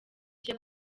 cye